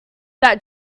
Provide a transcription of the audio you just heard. that